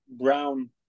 Brown